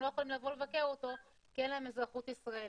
לא יכולים לבוא לבקר אותו כי אין להם אזרחות ישראלית,